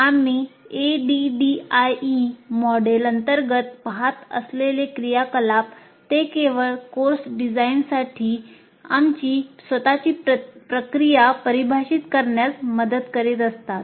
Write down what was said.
आम्ही ADDIE model अंतर्गत पहात असलेले क्रियाकलाप ते केवळ कोर्स डिझाइनसाठी आमची स्वतःची प्रक्रिया परिभाषित करण्यास मदत करीत असतात